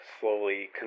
slowly